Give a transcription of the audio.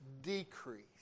decrease